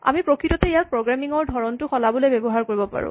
আমি প্ৰকৃততে ইয়াক প্ৰগ্ৰেমিং ৰ ধৰণটো সলাবলৈ ব্যৱহাৰ কৰিব পাৰোঁ